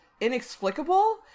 inexplicable